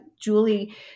Julie